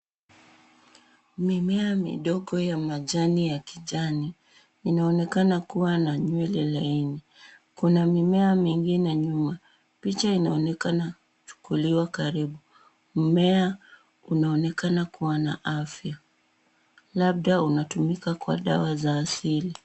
Mimea midogo ya majani ya kijani inaonekana kuwa na nywele laini. Kuna mimea mingine nyuma. Picha inaonekana kuchukuliwa karibu. Mmea unaonekana kuwa na afya, labda unatumika kwa dawa za asili.